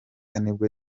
nibwo